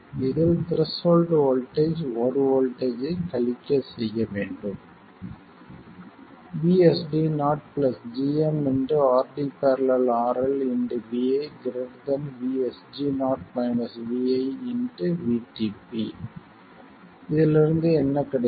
இதில் threshold voltage 1V ஐக் கழிக்க செய்ய வேண்டும் VSD0 gm RD ║ RL vi VSG0 vi VTP இதிலிருந்து எனக்கு என்ன கிடைக்கும்